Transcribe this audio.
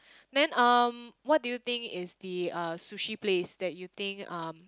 then um what do you think is the uh sushi place that you think um